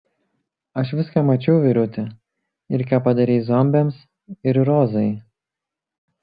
aš viską mačiau vyruti ir ką padarei zombiams ir rozai